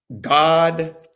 God